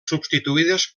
substituïdes